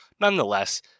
Nonetheless